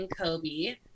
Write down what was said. Kobe